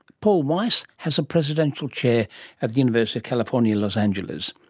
paul weiss has a presidential chair at the university of california, los angeles.